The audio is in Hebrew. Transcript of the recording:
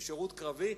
משירות קרבי,